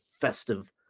festive